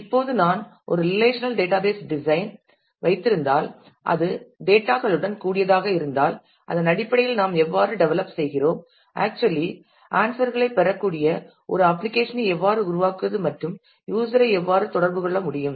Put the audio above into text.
இப்போது நான் ஒரு ரிலேஷனல் டேட்டாபேஸ் டிசைன் ஐ வைத்திருந்தால் அது டேட்டா களுடன் கூடியதாக இருந்தால் அதன் அடிப்படையில் நாம் எவ்வாறு டெவலப் செய்கிறோம் ஆக்சுவலி ஆன்சர் களைப் பெறக்கூடிய ஒரு அப்ளிகேஷன் ஐ எவ்வாறு உருவாக்குவது மற்றும் யூஸரை எவ்வாறு தொடர்பு கொள்ள முடியும்